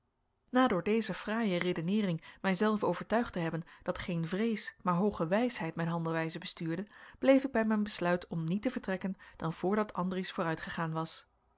door deze fraaie redeneering mijzelven overtuigd te hebben dat geen vrees maar hooge wijsheid mijn handelwijze bestuurde bleef ik bij mijn besluit om niet te vertrekken dan voordat andries vooruitgegaan was